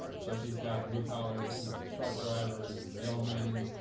so she's got blue collar, you know, truck drivers, mailmen,